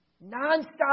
Non-stop